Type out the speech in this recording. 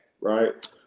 right